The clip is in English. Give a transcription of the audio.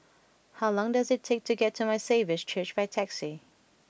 how long does it take to get to My Saviour's Church by taxi